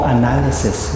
analysis